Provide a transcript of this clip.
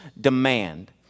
demand